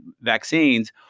vaccines